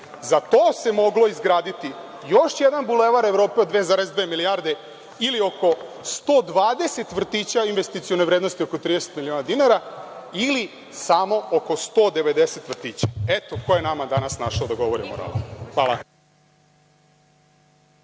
Za to se mogao izgraditi još jedan Bulevar Evrope od 2,2 milijarde ili oko 120 vrtića investicione vrednosti oko 30 miliona dinara ili samo oko 190 vrtića. Eto ko je nama danas našao da govori o moralu. Hvala.